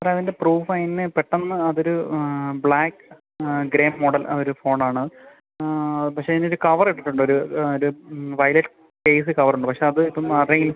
സാറേ അതിൻ്റെ പ്രൂഫയിന് പെട്ടന്ന് അതൊരു ബ്ലാക്ക് ഗ്രേ മോഡൽ അതൊരു ഫോണാണ് പക്ഷേ അതിനൊരു കവറിട്ടിട്ടുണ്ടൊരു ആ ഒരു വയലറ്റ് കേസ് കവറുണ്ട് പക്ഷേ അത് ഇപ്പം മാത്രമെങ്കിൽ